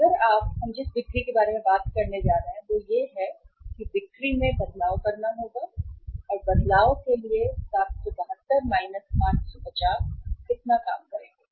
अगर आप हम जिस बिक्री के बारे में बात करने जा रहे हैं वह यह है कि बिक्री में बदलाव करना होगा हम बिक्री में बदलाव के लिए 772 550 कितना काम करेंगे